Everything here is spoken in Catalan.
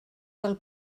del